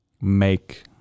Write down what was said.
make